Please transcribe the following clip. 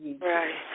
Right